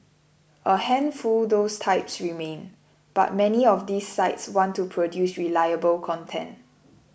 a handful those types remain but many of these sites want to produce reliable content